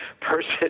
person